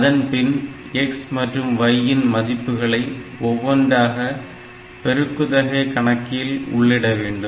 அதன்பின் x மற்றும் y இன் மதிப்புகளை ஒவ்வொன்றாக பெருக்குத்தொகை கணக்கியில் உள்ளிட வேண்டும்